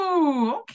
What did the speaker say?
Okay